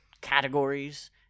categories